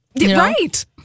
Right